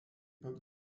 pat